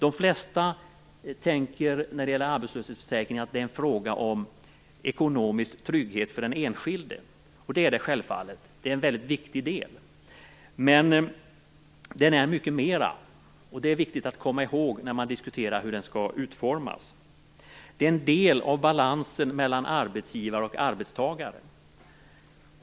De flesta tänker på arbetslöshetsförsäkringen som en ekonomisk trygghet för den enskilde. Så är det självfallet. Detta är en väldigt viktig del. Men arbetslöshetsförsäkringen är mycket mer än så, och det är viktigt att komma ihåg när vi diskuterar hur den skall utformas. Den är en del i balansen mellan arbetsgivare och arbetstagare.